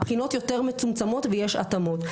הבחינות יותר מצומצמות ויש התאמות.